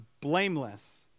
blameless